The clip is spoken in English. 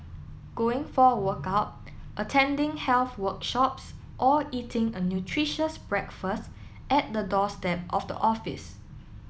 going for a workout attending health workshops or eating a nutritious breakfast at the doorstep of the office